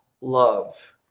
love